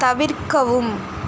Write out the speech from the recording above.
தவிர்க்கவும்